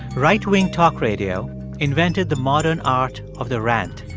right-wing talk radio invented the modern art of the rant.